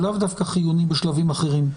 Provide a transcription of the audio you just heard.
הוא לאו דווקא חיוני בשלבים אחרים.